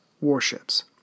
warships